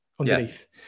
underneath